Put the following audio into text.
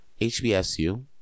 HBSU